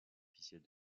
officiels